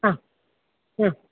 ആ ആ